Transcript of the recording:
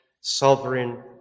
sovereign